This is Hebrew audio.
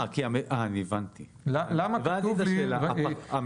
הבנתי את השאלה.